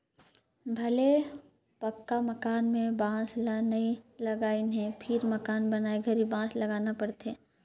भले पक्का मकान में बांस ल नई लगईंन हे फिर मकान बनाए घरी बांस लगाना पड़थे